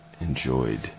enjoyed